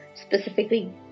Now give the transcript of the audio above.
specifically